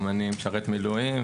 אני גם משרת במילואים,